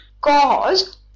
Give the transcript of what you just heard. cause